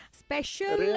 special